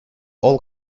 all